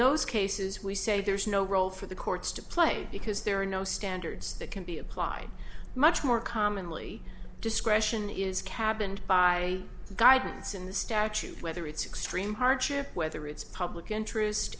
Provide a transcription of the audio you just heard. those cases we say there's no role for the courts to play because there are no standards that can be applied much more commonly discretion is cabined by guidance in the statute whether it's extreme hardship whether it's public interest